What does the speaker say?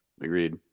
Agreed